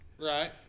Right